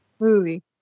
Movie